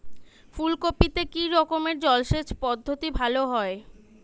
ফুলকপিতে কি রকমের জলসেচ পদ্ধতি ভালো হয়?